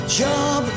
job